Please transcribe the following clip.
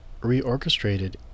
reorchestrated